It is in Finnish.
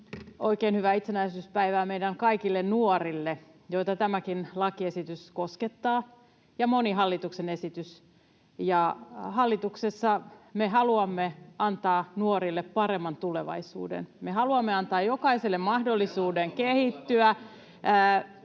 oikein hyvää itsenäisyyspäivää meidän kaikille nuorille, joita tämäkin lakiesitys koskettaa, niin kuin moni hallituksen esitys. Hallituksessa me haluamme antaa nuorille paremman tulevaisuuden. [Petri Huru: Velattoman tulevaisuuden!]